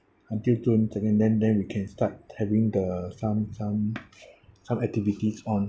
until and then then we can start having the some some some activities on